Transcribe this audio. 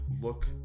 look